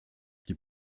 die